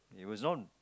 it was not